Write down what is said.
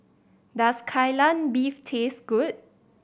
does Kai Lan Beef taste good